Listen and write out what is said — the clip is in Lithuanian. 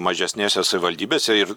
mažesnėse savivaldybėse ir